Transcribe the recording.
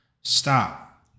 Stop